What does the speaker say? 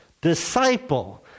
disciple